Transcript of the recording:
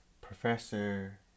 Professor